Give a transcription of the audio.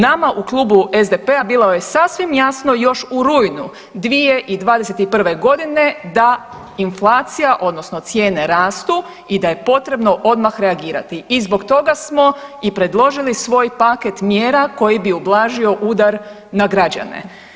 Nama u Klubu SDP-a bilo je sasvim jasno još u rujnu 2021.g. da inflacija odnosno cijene rastu i da je potrebno odmah reagirati i zbog toga smo i predložili svoj paket mjera koji bi ublažio udar na građane.